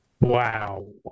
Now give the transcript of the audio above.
Wow